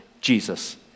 Jesus